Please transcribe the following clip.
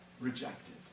rejected